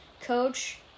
Coach